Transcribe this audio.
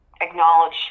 acknowledge